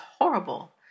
horrible